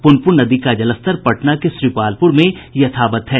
पुनपुन नदी का जलस्तर पटना के श्रीपालपुर में यथावत है